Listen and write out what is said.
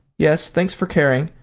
yes. thanks for caring.